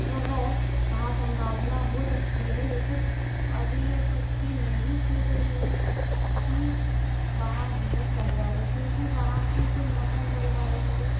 तो है वहाँ संभावना हो सकती है लेकिन अभी ये पुष्टि नहीं की गई है कि वहाँ जीवन संभव हो क्योंकि वहाँ की जो मौसम जलवायु है